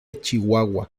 chihuahua